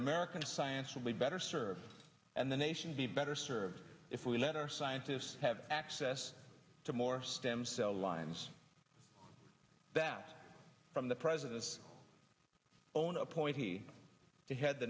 american science would be better served and the nation be better served if we let our scientists have access to more stem cell lines that from the president's own appointee he had the